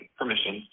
permission